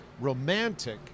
romantic